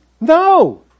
No